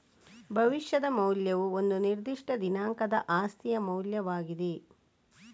ಭವಿಷ್ಯದ ಮೌಲ್ಯವು ಒಂದು ನಿರ್ದಿಷ್ಟ ದಿನಾಂಕದ ಆಸ್ತಿಯ ಮೌಲ್ಯವಾಗಿದೆ